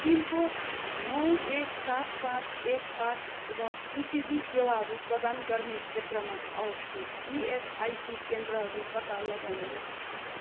pin code नौ एक सात पाँच एक आठ र इसिजी सेवाहरू प्रदान गर्ने क्षेत्रमा अवस्थित इएसआइसी केन्द्रहरू पत्ता लगाउनुहोस्